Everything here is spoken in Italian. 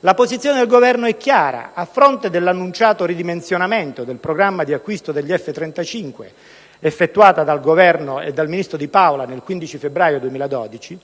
La posizione del Governo è chiara: a fronte dell'annunciato ridimensionamento del programma di acquisto degli F-35 effettuato dal Governo e dal ministro Di Paola il 15 febbraio 2012,